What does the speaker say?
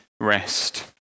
rest